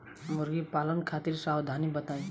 मुर्गी पालन खातिर सावधानी बताई?